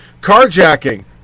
Carjacking